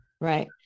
Right